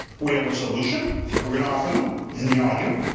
we have a solution that we're gonna offer them in the audio.